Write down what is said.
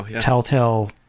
telltale